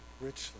richly